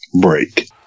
break